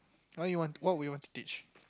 why you what would you want to teach